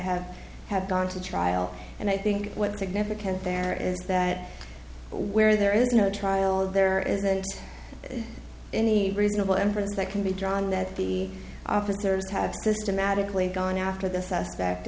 have had gone to trial and i think what significant there is that where there is no trial there isn't any reasonable inference that can be drawn that the officers have systematically gone after the suspect